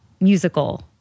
musical